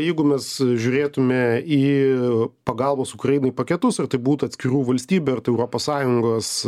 jeigu mes žiūrėtume į pagalbos ukrainai paketus ar tai būtų atskirų valstybių ar tai europos sąjungos